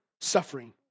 suffering